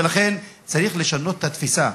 ולכן צריך לשנות את התפיסה.